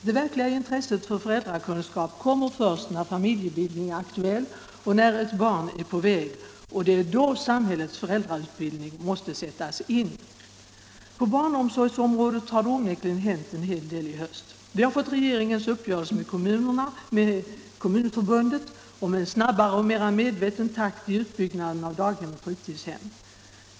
Det verkliga intresset för föräldrakunskap kommer först när familjebildning är aktuell och när ett barn är på väg. Det är då samhällets föräldrautbildning måste sättas in. På barnomsorgsområdet har det onekligen hänt en hel del i höst. Vi har fått regeringens uppgörelse med Kommunförbundet om en snabbare och mera medveten takt i utbyggnaden av daghem och fritidshem.